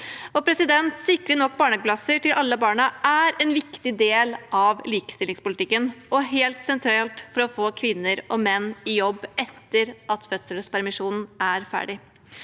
er slutt. Å sikre nok barnehageplasser til alle barn er en viktig del av likestillingspolitikken og helt sentralt for å få kvinner og menn i jobb etter at fødselspermisjonen er ferdig.